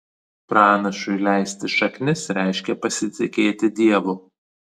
pranašui leisti šaknis reiškia pasitikėti dievu